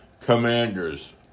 commanders